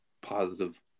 positive